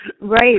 Right